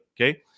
Okay